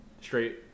straight